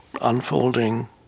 unfolding